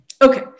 Okay